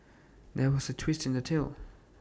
there was A twist in the tale